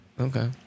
Okay